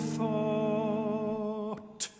thought